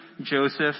Joseph